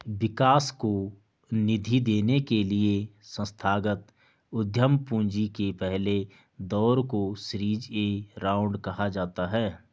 विकास को निधि देने के लिए संस्थागत उद्यम पूंजी के पहले दौर को सीरीज ए राउंड कहा जाता है